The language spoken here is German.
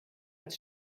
als